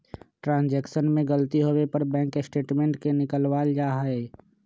transaction में गलती होवे पर बैंक स्टेटमेंट के निकलवावल जा हई